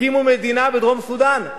הקימו מדינה בדרום-סודן.